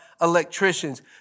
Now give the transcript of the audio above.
electricians